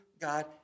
God